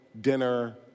dinner